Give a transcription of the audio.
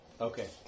Okay